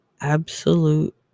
absolute